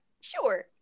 Sure